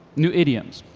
new idioms.